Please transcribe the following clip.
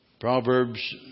Proverbs